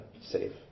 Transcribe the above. safe